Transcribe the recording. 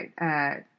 right